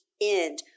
end